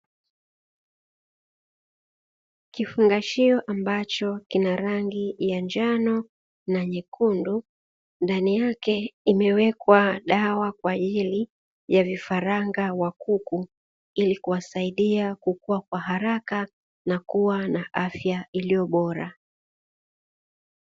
Kifungashio ambacho kina rangi ya njano na nyekundu, ndani yake imewekwa dawa kwa ajili ya vifaranga wa kuku, ili kuwasaidia kukua kwa haraka na kuwa kwa afya iliyo bora.